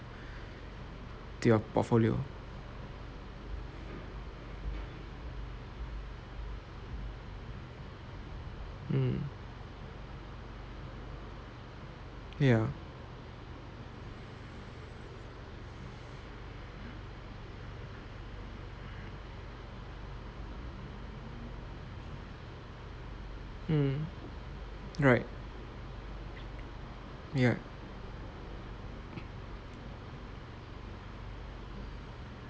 to your portfolio mm ya mm right right